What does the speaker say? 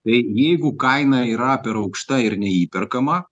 tai jeigu kaina yra per aukšta ir neįperkama